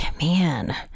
man